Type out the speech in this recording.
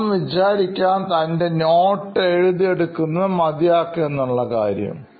Sam വിചാരിക്കാം തൻറെ notes എഴുതി എടുക്കുന്നത് മതിയാക്കാം എന്നുള്ള കാര്യം